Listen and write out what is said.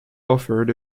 offered